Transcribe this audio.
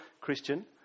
Christian